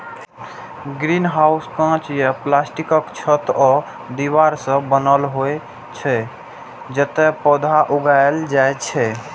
greenhouse कांच या प्लास्टिकक छत आ दीवार सं बनल होइ छै, जतय पौधा उगायल जाइ छै